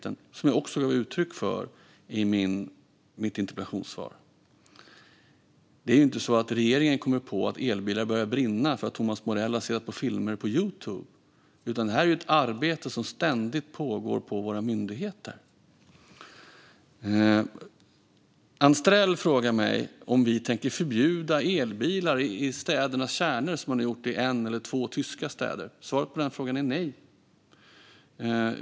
Detta gav jag också uttryck för i mitt interpellationssvar. Det är ju inte så att regeringen kommer på att elbilar börjar brinna för att Thomas Morell har tittat på filmer på Youtube, utan det här är ett arbete som ständigt pågår på våra myndigheter. Anstrell frågade mig om vi tänker förbjuda elbilar i städernas kärnor, som man har gjort i en eller två tyska städer. Svaret på den frågan är nej.